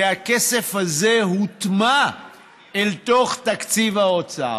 כי הכסף הזה הוטמע אל תוך תקציב האוצר.